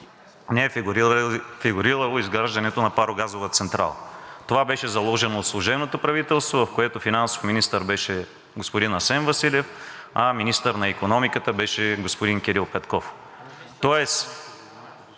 не е фигурирало изграждането на парогазова централа. Това беше заложено от служебното правителство, в което финансов министър беше господин Асен Василев, а министър на икономиката беше господин Кирил Петков,